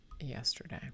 yesterday